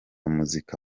muzika